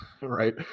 right